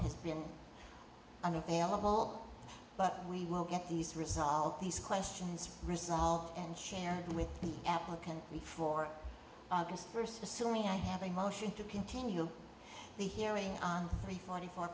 has been unavailable but we will get these result these questions resolved and shared with the applicant before august first assuming i have a motion to continue the hearing on three forty four